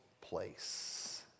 place